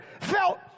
felt